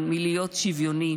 עדיין רחוק מאוד מלהיות שוויוני,